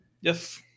Yes